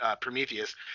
Prometheus